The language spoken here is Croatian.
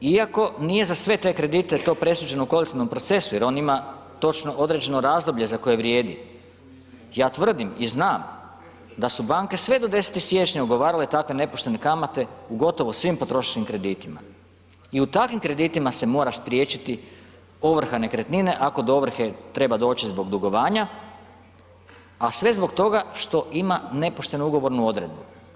Iako nije za sve te kredite to presuđeno u korisnom procesu jer on ima točno određeno razdoblje za koje vrijedi, ja tvrdim i znam da su banke sve do 10. siječnja ugovarale takve nepoštene kamate u gotovo svim potrošačkim kreditima i u takvim kreditima se mora spriječiti ovrha nekretnine ako do ovrhe treba doći zbog dugovanja a sve zbog toga što ima nepoštenu ugovornu odredbu.